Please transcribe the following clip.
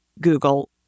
Google